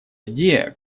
идея